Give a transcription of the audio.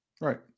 Right